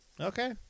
Okay